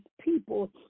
people